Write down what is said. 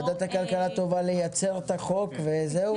וועדת הכלכלה טובה לייצר את החוק וזהו?